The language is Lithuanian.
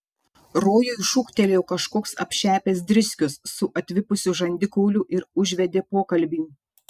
rojui šūktelėjo kažkoks apšepęs driskius su atvipusiu žandikauliu ir užvedė pokalbį